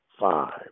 five